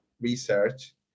research